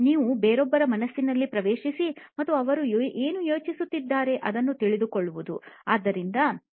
ನೀವು ಬೇರೊಬ್ಬರ ಮನಸ್ಸಿನಲ್ಲಿ ಪ್ರವೇಶಿಸಿ ಮತ್ತು ಅವರು ಏನು ಯೋಚಿಸುತ್ತಿದ್ದಾರೆ ಅದನ್ನು ತಿಳಿದುಕೊಳ್ಳುವುದು